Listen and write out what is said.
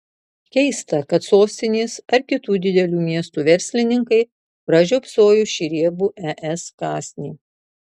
keista kad sostinės ar kitų didelių miestų verslininkai pražiopsojo šį riebų es kąsnį